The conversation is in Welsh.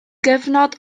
gyfnod